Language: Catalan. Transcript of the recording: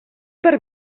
per